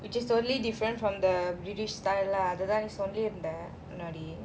which is totally different from the british style lah the அதுதான்வந்துஇந்தமுன்னாடி:adhuthan vandhu indha munnadi